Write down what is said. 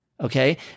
Okay